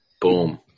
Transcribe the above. Boom